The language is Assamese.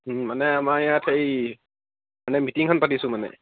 মানে আমাৰ ইয়াত হেৰি মানে মিটিংখন পাতিছোঁ মানে